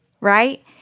Right